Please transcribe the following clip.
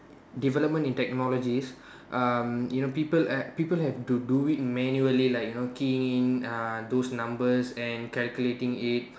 development in technologies um you know people uh people have to do it manually like you know keying in uh those numbers and calculating it